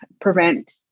prevent